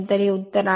तर हे उत्तर आहे